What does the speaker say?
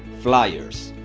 flyers.